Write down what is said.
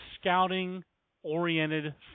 scouting-oriented